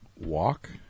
Walk